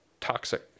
toxic